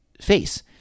face